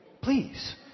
please